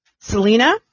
Selena